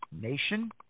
nation